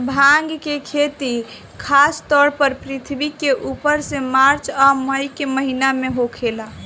भांग के खेती खासतौर पर पृथ्वी के उत्तर में मार्च आ मई के महीना में होखेला